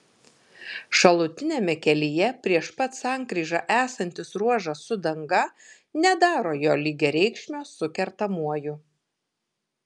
šalutiniame kelyje prieš pat sankryžą esantis ruožas su danga nedaro jo lygiareikšmio su kertamuoju